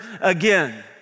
again